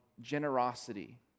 generosity